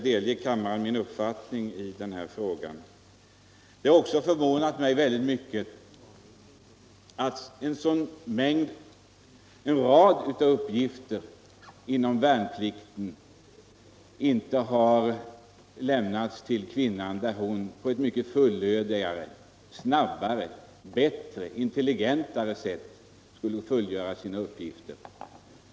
Det har också förvånat mig väldigt mycket att en rad uppgifter inom värnplikten inte har lämnats till kvinnan. Hon skulle mycket fullödigare, snabbare, bättre och intelligentare kunna fullgöra vissa av uppgifterna.